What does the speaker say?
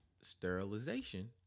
sterilization